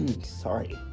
sorry